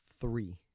three